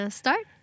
start